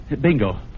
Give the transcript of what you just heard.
Bingo